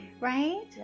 right